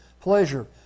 pleasure